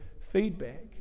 feedback